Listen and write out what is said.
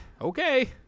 okay